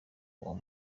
uwo